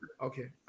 okay